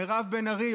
מירב בן ארי,